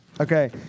Okay